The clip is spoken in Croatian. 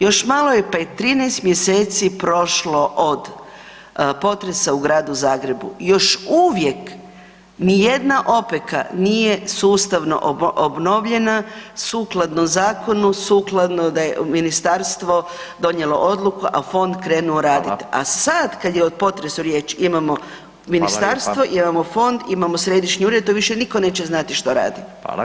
Još malo pa je 13 mj. prošlo od potresa u gradu Zagrebu, još uvijek nijedna opeka nije sustavno obnovljena, sukladno zakonu, sukladno da je ministarstvo donijelo odluku a fond krenuo raditi [[Upadica Radin: Hvala.]] A sad kad je o potresu riječ, imamo ministarstvo, [[Upadica Radin: Hvala lijepa.]] imamo fond, imamo središnji ured, to više niko neće znati što radi.